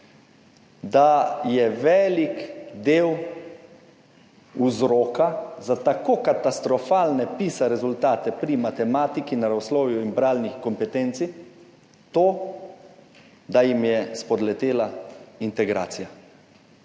da je velik del vzroka za tako katastrofalne PISA rezultate pri matematiki, naravoslovju in bralnih kompetenci to, da jim je spodletela integracija.